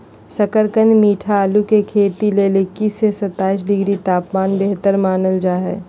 शकरकंद मीठा आलू के खेती ले इक्कीस से सत्ताईस डिग्री तापमान बेहतर मानल जा हय